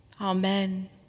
Amen